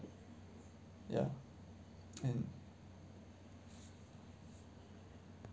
ya and